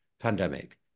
pandemic